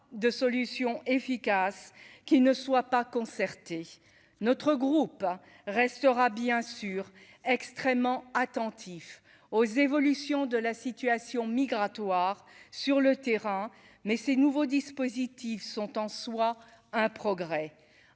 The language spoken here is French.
de solution efficace qui ne soit pas concerté, notre groupe restera bien sûr extrêmement attentif aux évolutions de la situation migratoire sur le terrain, mais ces nouveaux dispositifs sont, en soit, un progrès,